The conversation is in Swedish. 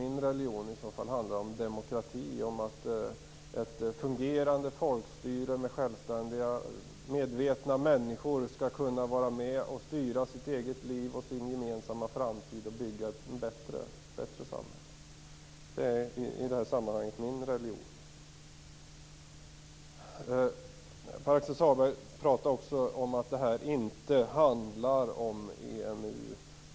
Min religion handlar om demokrati, om att ett fungerande folkstyre med självständiga medvetna människor skall kunna vara med och styra sitt eget liv och sin gemensamma framtid och bygga ett bättre samhälle. Det är i detta sammanhang min religion. Pär-Axel Sahlberg talade om att detta inte handlar om EMU.